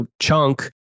chunk